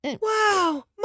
Wow